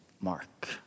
Mark